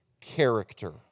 character